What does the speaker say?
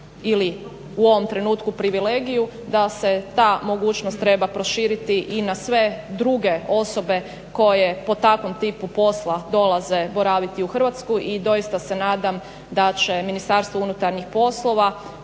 ili u ovom trenutku privilegiju da se ta mogućnost treba proširiti i na sve druge osobe koje po takvom tipu posla dolaze boraviti u Hrvatsku i doista se nadam da će Ministarstvo unutarnjih poslova